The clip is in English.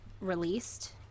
released